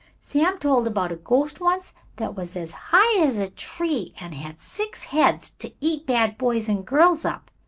sam told about a ghost once that was as high as a tree an' had six heads, to eat bad boys and girls up.